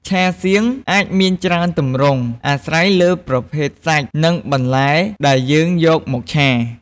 ឆាសៀងអាចមានច្រើនទម្រង់ អាស្រ័យលើប្រភេទសាច់ និងបន្លែដែលយើងយកមកឆា។